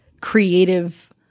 creative